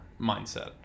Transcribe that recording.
mindset